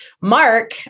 mark